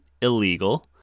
illegal